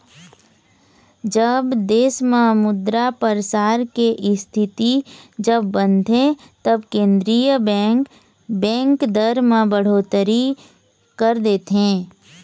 जब देश म मुद्रा परसार के इस्थिति जब बनथे तब केंद्रीय बेंक, बेंक दर म बड़होत्तरी कर देथे